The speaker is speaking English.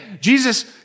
Jesus